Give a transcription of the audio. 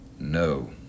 No